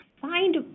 find